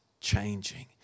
Changing